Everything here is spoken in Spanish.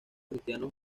cristianos